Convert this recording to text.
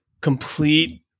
complete